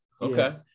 Okay